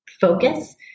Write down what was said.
focus